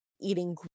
eating